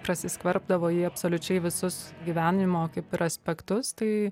prasiskverbdavo į absoliučiai visus gyvenimo kaip ir aspektus tai